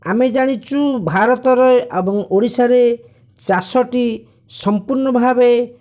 ଆମେ ଜାଣିଛୁ ଭାରତରେ ଏବଂ ଓଡ଼ିଶାରେ ଚାଷଟି ସମ୍ପୂର୍ଣ୍ଣ ଭାବେ